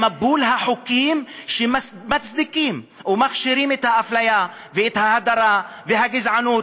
עם מבול החוקים שמצדיקים ומכשירים את האפליה ואת ההדרה והגזענות,